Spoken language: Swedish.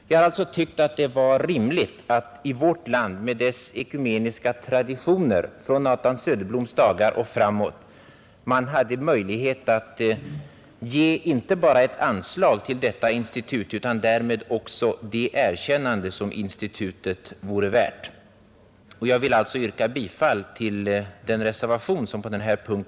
Jag har tyckt att det vore rimligt att man i vårt land med dess ekumeniska traditioner, från Nathan Söderbloms dagar och framåt, hade möjlighet att ge inte bara ett anslag till detta institut utan därmed också det erkännande som institutet vore värt. Jag vill alltså, fru talman, yrka bifall till reservationen på denna punkt.